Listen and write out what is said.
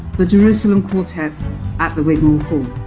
the jerusalem quartet at the wigmore hall.